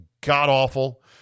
god-awful